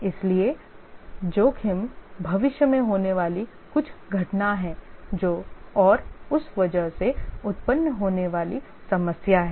इसलिए जोखिम भविष्य में होने वाली कुछ घटना है और उस वजह से उत्पन्न होने वाली समस्या है